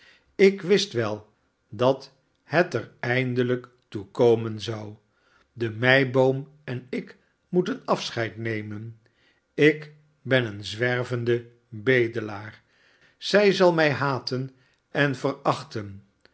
ilk wist wel dat het er eindelijk toe komen zou de meiboom en ik moeten afscheid nemen ik ben een zwervende bedelaar zij zal mij haten en verachten